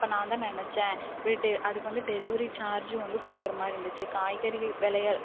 அப்போ நான் தான் நினச்சேன் இப்படி அதுக்கு வந்து டெலிவரி சார்ஜும் வந்து கொடுக்குறமாரி இருந்துச்சு காய்கறிகள் விலைகள்